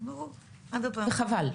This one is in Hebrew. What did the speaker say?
וחבל,